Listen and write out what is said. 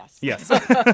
Yes